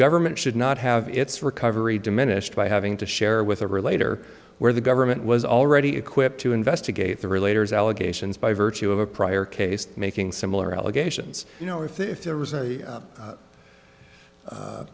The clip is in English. government should not have its recovery diminished by having to share with a relator where the government was already equipped to investigate the relator allegations by virtue of a prior case making similar allegations you know if there was a